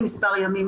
גבוהה.